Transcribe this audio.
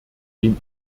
den